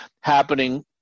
happening